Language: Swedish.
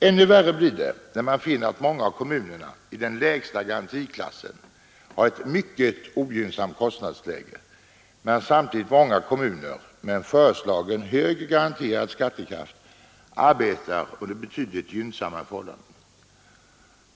Ännu värre blir det när man finner att många av kommunerna i den lägsta garantiklassen har ett mycket ogynnsamt kostnadsläge, medan samtidigt många kommuner med en föreslagen hög garanterad skattekraft arbetar under betydligt gynnsammare förhållanden.